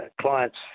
clients